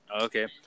okay